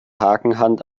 hakenhand